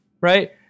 right